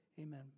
amen